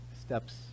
steps